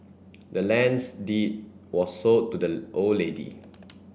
the land's deed was sold to the old lady